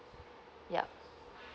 yup